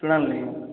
ଶୁଣନ୍ତୁ